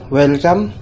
welcome